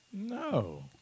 No